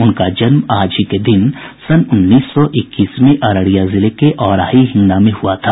उनका जन्म आज ही के दिन सन् उन्नीस सौ इक्कीस में अररिया जिले के औराही हिंगना में हुआ था